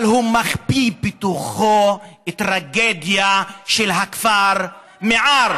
אבל הוא מחביא בתוכו טרגדיה, של הכפר מיעאר.